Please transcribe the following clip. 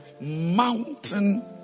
mountain